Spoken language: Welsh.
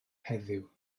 heddiw